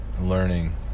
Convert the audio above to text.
learning